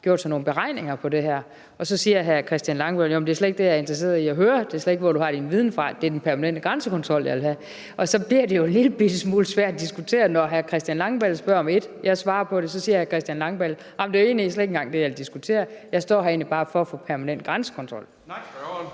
foretaget nogle beregninger om det her. Så siger hr. Christian Langballe, at det slet ikke er det, han er interesseret i at høre, altså hvor jeg har min viden fra. Det er den permanente grænsekontrol, han vil have. Det bliver jo en lillebitte smule svært at diskutere, når hr. Christian Langballe spørger om et og jeg svarer på det, for så siger hr. Christian Langballe, at det egentlig slet ikke er det, han vil diskutere. Han står her egentlig bare for at få permanent grænsekontrol.